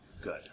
Good